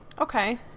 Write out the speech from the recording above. Okay